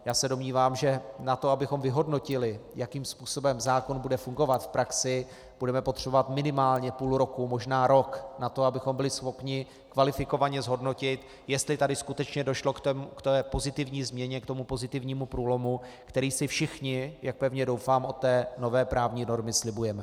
Já se domnívám, že na to, abychom vyhodnotili, jakým způsobem zákon bude fungovat v praxi, budeme potřebovat minimálně půl roku, možná rok na to, abychom byli schopni kvalifikovaně zhodnotit, jestli tady skutečně došlo k pozitivní změně, k pozitivnímu průlomu, který si všichni, jak pevně doufám, od nové právní normy slibujeme.